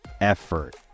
effort